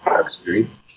experience